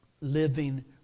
living